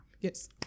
Yes